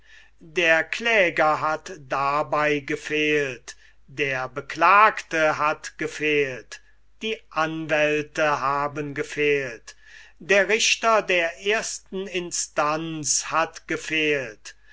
der kläger hat dabei gefehlt der beklagte hat gefehlt die anwälte haben gefehlt der richter der ersten instanz hat gefehlt